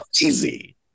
crazy